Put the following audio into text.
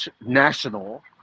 national